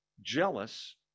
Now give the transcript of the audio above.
jealous